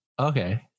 okay